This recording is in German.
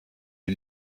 die